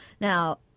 Now